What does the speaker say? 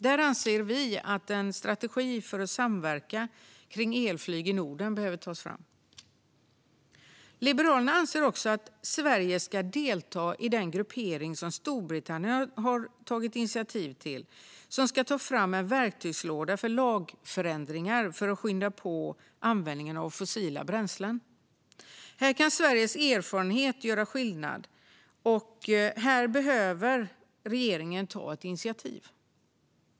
Därför anser vi att en strategi för att samverka kring elflyg i Norden behöver tas fram. Liberalerna anser också att Sverige ska delta i den gruppering som Storbritannien har tagit initiativ till, som ska ta fram en verktygslåda för lagförändringar för att skynda på avvecklingen av fossila bränslen. Här kan Sveriges erfarenhet göra skillnad, och här behöver regeringen ta ett initiativ.